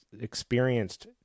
experienced